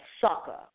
soccer